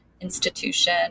institution